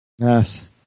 Yes